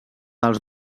dels